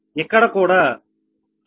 ఇక్కడ కూడా K1K2